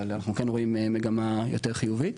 אבל אנחנו כן רואים מגמה יותר חיובית.